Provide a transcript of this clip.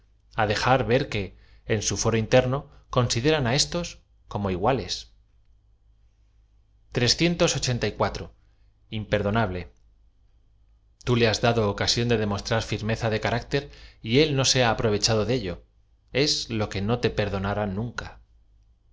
á dejar v e r que en su fuero interno consideran á éstos como iguale imperdonable ú le has dado ocasión de demostrar firmeza deca rcter j él no se ha aprovechado de ello es lo que do te perdonará nunca